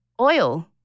Oil